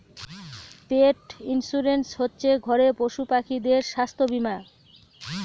পেট insurance হচ্ছে ঘরের পশুপাখিদের স্বাস্থ্য বীমা